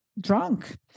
drunk